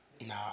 Nah